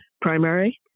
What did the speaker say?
primary